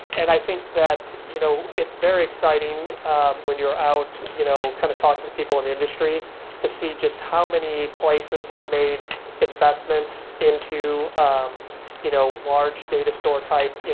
and i think that you know it's very exciting when you're out you know kind of talking to people in the industry to see just how many places have made investments into um you know large data store type, yeah